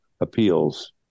appeals